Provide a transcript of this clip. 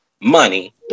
money